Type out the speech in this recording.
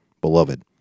beloved